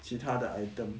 其他的 item